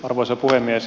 arvoisa puhemies